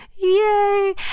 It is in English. Yay